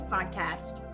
Podcast